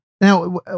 Now